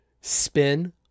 spin